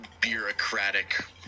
bureaucratic